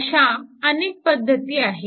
अशा अनेक पद्धती आहेत